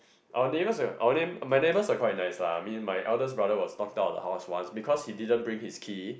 our neighbors ah our neigh~ my neighbors are quite nice lah I mean my elders brother was locked out lah I was once because he didn't bring his key